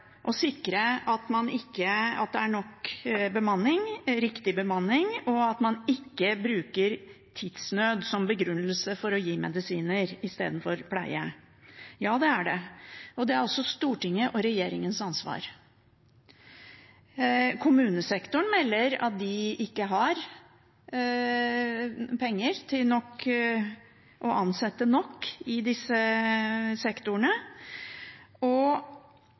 å sikre at det er nok bemanning, riktig bemanning, og at man ikke bruker tidsnød som begrunnelse for å gi medisiner i stedet for pleie. Ja, det er det, og det er også Stortingets og regjeringens ansvar. Kommunesektoren melder at de ikke har penger til å ansette nok folk i disse sektorene.